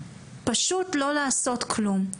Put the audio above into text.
פשוט לא לעשות כלום.